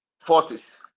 forces